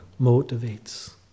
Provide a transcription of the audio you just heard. motivates